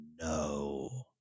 no